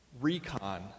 recon